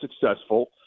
successful